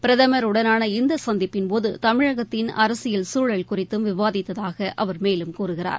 பிரதமருடனான இந்த சந்திப்பின் போது தமிழகத்தின் அரசியல் சூழல் குறித்தும் விவாதித்ததாக அவா் மேலும் கூறுகிறார்